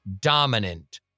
dominant